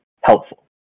helpful